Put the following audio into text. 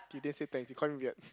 did they say thanks you call him weird